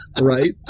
Right